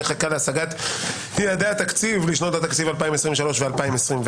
חקיקה להשגת יעדי התקציב לשנות התקציב 2023 ו-2024).